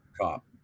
cop